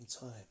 time